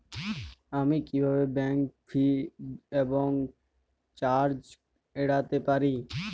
আমি কিভাবে bank fee এবং চার্জ এড়াতে পারি?